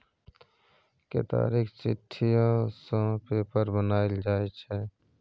केतारीक सिट्ठीयो सँ पेपर बनाएल जाइ छै